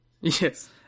Yes